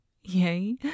yay